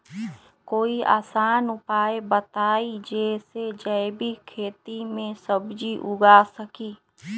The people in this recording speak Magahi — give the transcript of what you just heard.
कोई आसान उपाय बताइ जे से जैविक खेती में सब्जी उगा सकीं?